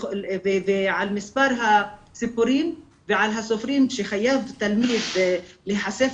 ועל מספר הסיפורים ועל הסופרים שחייב תלמיד להיחשף